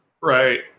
Right